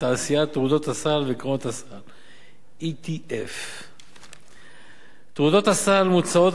תעשיית תעודות הסל וקרנות הסל ETF. תעודות הסל מוצעות